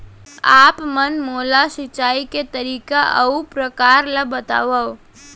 आप मन मोला सिंचाई के तरीका अऊ प्रकार ल बतावव?